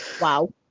Wow